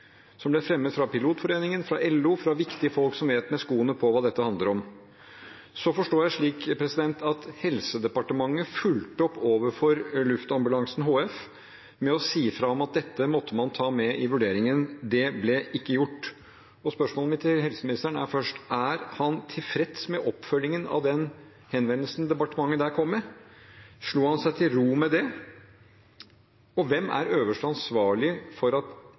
skoene på hva dette handler om. Jeg forstår det slik at Helsedepartementet fulgte opp overfor Luftambulansetjenesten HF med å si fra om at dette måtte man ta med i vurderingen. Det ble ikke gjort. Mitt første spørsmål til helseministeren er følgende: Er han tilfreds med oppfølgingen av den henvendelsen departementet der kom med? Slo han seg til ro med det? Og hvem er øverste ansvarlige for at